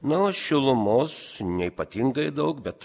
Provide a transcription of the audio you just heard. na o šilumos neypatingai daug bet